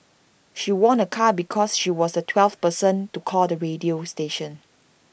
she won A car because she was the twelfth person to call the radio station